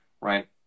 right